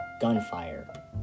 gunfire